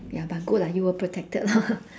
ya but good lah you were protected lor